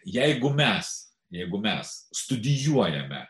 jeigu mes jeigu mes studijuojame